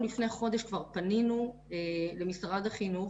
אנחנו לפני חודש כבר פנינו למשרד החינוך